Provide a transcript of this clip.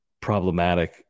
problematic